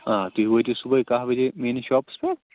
آ تُہۍ وٲتِو صُبحٲے کَہہ بجے میٛٲنِس شاپَس پٮ۪ٹھ